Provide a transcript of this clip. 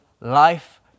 Life